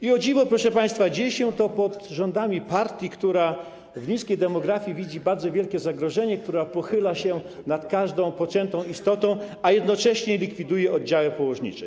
I, o dziwo, proszę państwa, dzieje się to pod rządami partii, która w niskiej demografii widzi bardzo wielkie zagrożenie, która pochyla się nad każdą poczętą istotą, a jednocześnie likwiduje oddziały położnicze.